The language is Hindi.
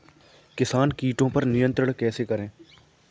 किसान कीटो पर नियंत्रण कैसे करें?